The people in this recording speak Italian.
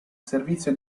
servizio